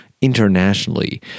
internationally